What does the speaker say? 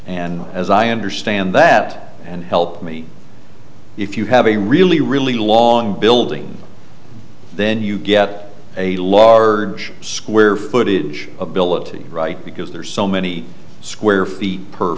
and as i understand that and help me if you have a really really long building then you get a large square footage ability right because there's so many square feet per